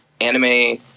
anime